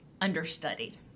understudied